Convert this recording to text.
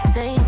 Say